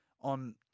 on